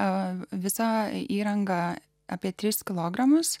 o visa įranga apie tris kilogramus